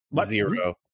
Zero